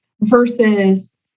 versus